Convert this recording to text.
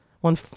One